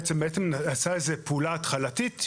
עשה פעולה התחלתית.